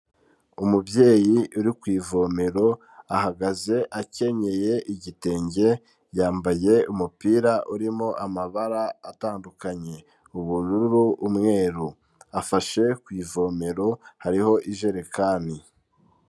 Umubyeyi uri ku ivomero ahagaze akenyeye igitenge, yambaye umupira urimo amabara atandukanye ubururu, umweru, afashe ku ivomero hariho ijerekani.